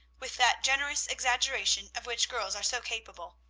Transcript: with that generous exaggeration of which girls are so capable.